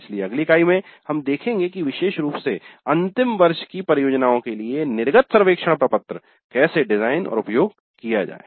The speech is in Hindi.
इसलिए अगली इकाई में हम देखेंगे कि विशेष रूप से अंतिम वर्ष की परियोजनाओं के लिए निर्गत सर्वेक्षण प्रपत्र कैसे डिजाइन और उपयोग किया जाए